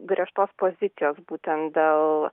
griežtos pozicijos būtent dėl